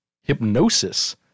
hypnosis